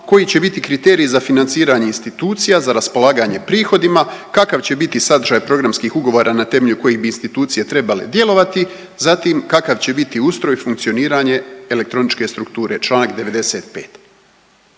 koji će biti kriteriji za financiranje institucija, za raspolaganje prihodima, kakav će biti sadržaj programskih ugovora na temelju kojih bi institucije trebale djelovati. Zatim kakav će biti ustroj i funkcioniranje elektroničke strukture članak 95.